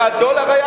זה לא נכון עובדתית.